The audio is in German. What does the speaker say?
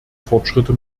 fortschritte